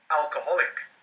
alcoholic